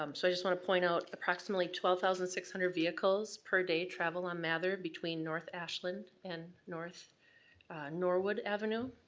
um so i just want to point out, approximately twelve thousand six hundred vehicles per day travel on mather, between north ashland and north norwood avenue.